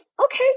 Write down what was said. okay